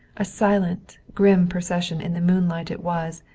a silent, grim procession in the moonlight it was,